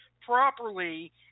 properly